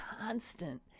constant